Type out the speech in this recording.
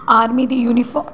army दी uniform